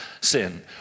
sin